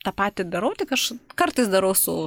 tą patį darau tik aš kartais darau su